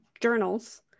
journals